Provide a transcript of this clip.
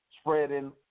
spreading